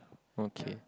okay